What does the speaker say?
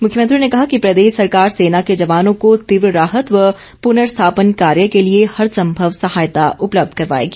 मुख्यमंत्री ने कहा कि प्रदेश सरकार सेना के जवानों को तीव्र राहत व पुर्नस्थापन कार्य के लिए हर सम्भव सहायता उपलब्ध करवाएगी